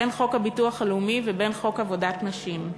בין חוק הביטוח הלאומי ובין חוק עבודת נשים,